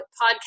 podcast